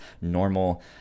normal